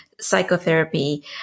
Psychotherapy